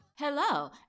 Hello